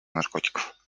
наркотиков